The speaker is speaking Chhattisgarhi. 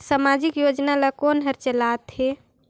समाजिक योजना ला कोन हर चलाथ हे?